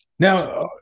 Now